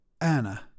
Anna